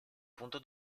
punto